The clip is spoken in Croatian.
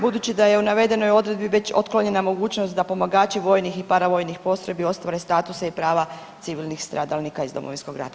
Budući da je u navedenoj odredbi već otklonjena mogućnost da pomagači vojnih i paravojnih postrojbi ostvare statuse i prava civilnih stradalnika iz Domovinskog rata.